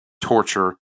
torture